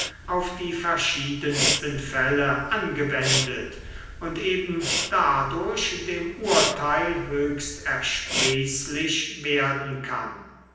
auf die verschiedensten fälle angewendet und eben dadurch dem urteil höchst ersprießlich werden kann